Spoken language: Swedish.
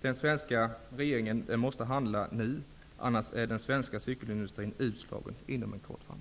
den svenska regeringen måste handla nu, annars är den svenska cykelindustrin utslagen inom en snar framtid.